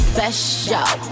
Special